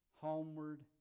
homeward